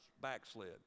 backslid